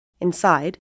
Inside